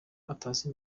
atazi